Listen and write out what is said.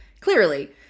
Clearly